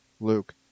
luke